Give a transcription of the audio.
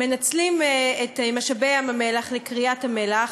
מנצלים את משאבי ים-המלח לכריית המלח,